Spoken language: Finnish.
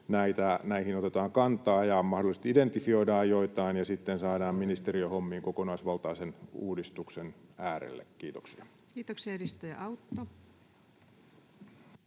näihin otetaan kantaa ja mahdollisesti identifioidaan joitain, ja sitten saadaan ministeriö hommiin kokonaisvaltaisen uudistuksen äärelle. — Kiitoksia.